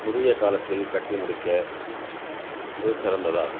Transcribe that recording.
உரிய காலத்தில் கட்டி முடிக்க மிக சிறந்ததாகும்